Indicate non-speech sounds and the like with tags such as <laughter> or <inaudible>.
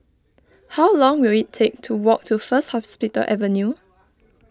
<noise> how long will it take to walk to First Hospital Avenue